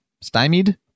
stymied